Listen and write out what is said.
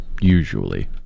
usually